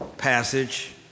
passage